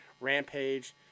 Rampage